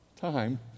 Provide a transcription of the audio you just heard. time